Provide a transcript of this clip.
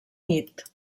nit